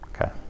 okay